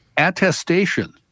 Attestation